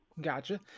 Gotcha